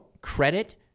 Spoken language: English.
credit